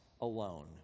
alone